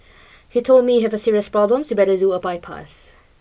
he told me have a serious problems you better do a bypass